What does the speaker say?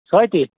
سٲتی